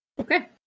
Okay